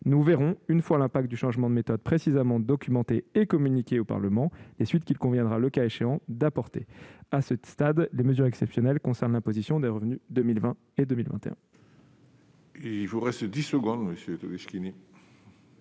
Nous verrons, une fois l'impact du changement de méthode précisément documenté et communiqué au Parlement, les suites qu'il conviendra, le cas échéant, d'apporter. À ce stade, les mesures exceptionnelles concernent l'imposition des revenus de 2020 et 2021. La parole est à M. Jean-Marc Todeschini,